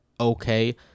okay